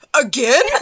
again